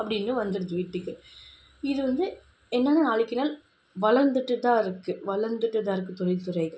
அப்படின்னு வந்துடுது வீட்டுக்கு இது வந்து என்னென்ன நாளுக்கு நாள் வளர்ந்துட்டுதான் இருக்குது வளர்ந்துட்டுதான் இருக்குது தொழில் துறைகள்